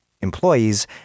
employees